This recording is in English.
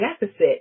deficit